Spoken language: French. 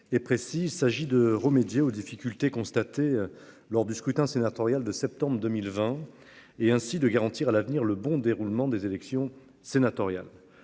il s'agit de remédier aux difficultés constatées. Lors du scrutin sénatorial de septembre 2020 et ainsi de garantir à l'avenir le bon déroulement des élections sénatoriales.